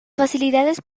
facilidades